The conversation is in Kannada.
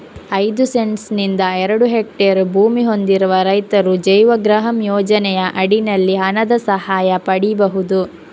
ಐದು ಸೆಂಟ್ಸ್ ನಿಂದ ಎರಡು ಹೆಕ್ಟೇರ್ ಭೂಮಿ ಹೊಂದಿರುವ ರೈತರು ಜೈವಗೃಹಂ ಯೋಜನೆಯ ಅಡಿನಲ್ಲಿ ಹಣದ ಸಹಾಯ ಪಡೀಬಹುದು